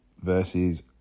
versus